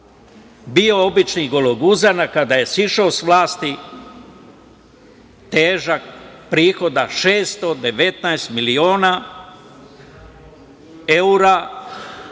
bio običan gologuzan, a kada je sišao sa vlasti, težak prihoda 619 miliona evra